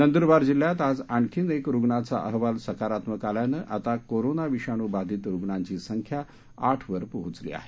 नंदुरबार जिल्ह्यात आज आणखीन एका रुग्णाचा अहवाल सकारात्मक आल्यानं आता कोरोना विषाणू बाधीत रुग्णांची संख्या आठ वर पोहचली आहे